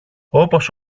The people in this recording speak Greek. όπως